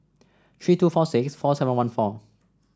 three two four six four seven one four